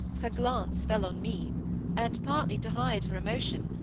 her glance fell on me and, partly to hide her emotion,